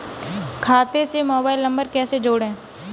खाते से mobile number कैसे जोड़ें?